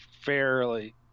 fairly